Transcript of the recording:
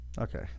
Okay